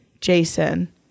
Jason